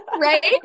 right